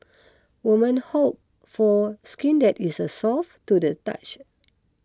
women hope for skin that is soft to the touch